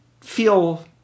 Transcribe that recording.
feel